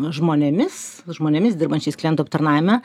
žmonėmis žmonėmis dirbančiais klientų aptarnavime